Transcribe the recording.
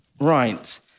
Right